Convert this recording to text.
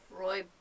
Roy